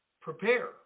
Prepare